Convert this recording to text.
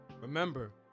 Remember